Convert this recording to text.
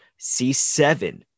C7